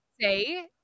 say